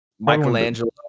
Michelangelo